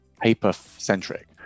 paper-centric